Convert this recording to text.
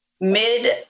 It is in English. mid